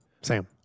Sam